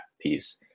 piece